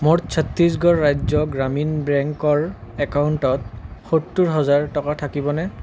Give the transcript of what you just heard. মোৰ ছত্তিশগড় ৰাজ্য গ্ৰামীণ বেংকৰ একাউণ্টত সত্তৰ হাজাৰ টকা থাকিবনে